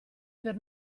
per